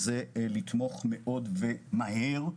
לתמוך מאוד ומהר,